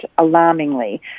alarmingly